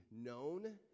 known